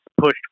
pushed